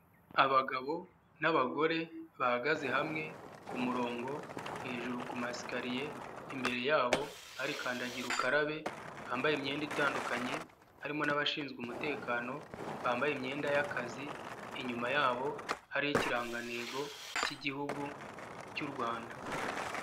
Abagabo n'abagore bahagaze hamwe ku murongo hejuru ku masikariye, imbere yabo hari kandagira ukarabe bambaye imyenda itandukanye, harimo n' nabashinzwe umutekano bambaye imyenda y'akazi, inyuma yabo hari ikirangantego cy'igihugu cy'u Rwanda.